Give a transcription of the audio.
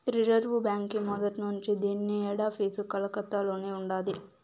reserve బాంకీ మొదట్నుంచీ దీన్ని హెడాపీసు కలకత్తలోనే ఉండాది